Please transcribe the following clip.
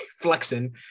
flexing